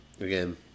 again